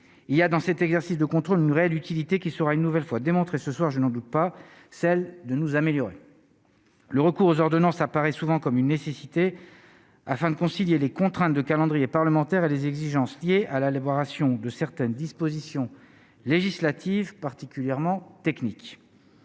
il y a dans cet exercice de contrôle une réelle utilité, qui sera une nouvelle fois démontré ce soir, je n'en doute pas, celle de nous améliorer le recours aux ordonnances apparaît souvent comme une nécessité afin de concilier les contraintes de calendrier parlementaire et les exigences liées à la la voir ration de certaines dispositions législatives particulièrement technique,